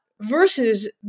versus